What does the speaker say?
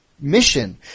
Mission